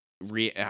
re